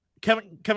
Kevin